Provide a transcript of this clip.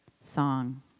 song